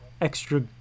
extra